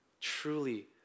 truly